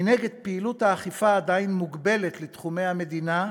מנגד, פעילות האכיפה עדיין מוגבלת לתחומי המדינה,